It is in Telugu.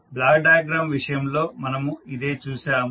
బ్లాక్ డయాగ్రమ్ విషయంలో మనము ఇదే చూశాము